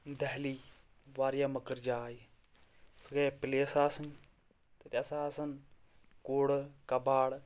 دہلی واریاہ مٔکٕر جاے سُہ گٔیا پلیس آسٕنۍ تَتہِ ہَسا آسان کوٗڑٕ کَباڑٕ